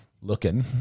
looking